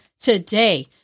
today